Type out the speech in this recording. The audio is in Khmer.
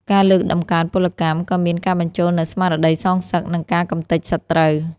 ការលើកតម្កើងពលកម្ម ក៏មានការបញ្ចូលនូវស្មារតីសងសឹក និងការកម្ទេចសត្រូវ។